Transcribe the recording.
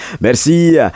Merci